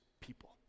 people